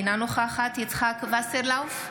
אינה נוכחת יצחק שמעון וסרלאוף,